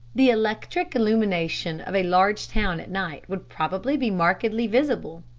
the electric illumination of a large town at night would probably be markedly visible.